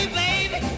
baby